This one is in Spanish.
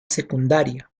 secundaria